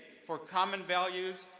for common values,